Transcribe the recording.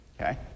Okay